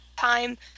Time